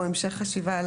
או המשך חשיבה,